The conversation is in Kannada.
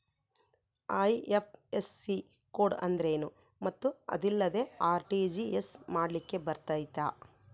ಐ.ಎಫ್.ಎಸ್.ಸಿ ಕೋಡ್ ಅಂದ್ರೇನು ಮತ್ತು ಅದಿಲ್ಲದೆ ಆರ್.ಟಿ.ಜಿ.ಎಸ್ ಮಾಡ್ಲಿಕ್ಕೆ ಬರ್ತೈತಾ?